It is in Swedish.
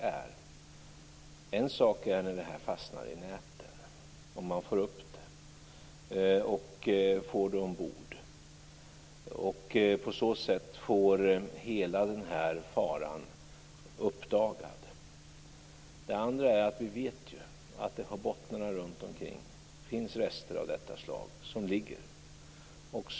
Det är en sak när senapsgasen fastnar i näten och man får upp den till ytan och får den ombord. På så sätt uppdagas hela faran. Men vi vet ju att det på bottnarna runtomkring finns rester av detta slag.